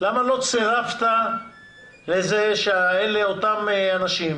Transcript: למה לא צירפת לזה שאותם אנשים,